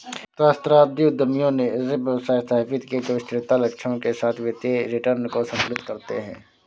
सहस्राब्दी उद्यमियों ने ऐसे व्यवसाय स्थापित किए जो स्थिरता लक्ष्यों के साथ वित्तीय रिटर्न को संतुलित करते हैं